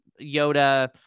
Yoda